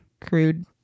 crude